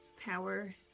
power